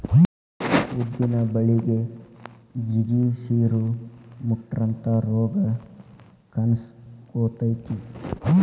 ಉದ್ದಿನ ಬಳಿಗೆ ಜಿಗಿ, ಸಿರು, ಮುಟ್ರಂತಾ ರೋಗ ಕಾನ್ಸಕೊತೈತಿ